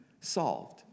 solved